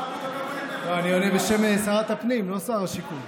אני עונה בשם שרת הפנים, לא שר השיכון.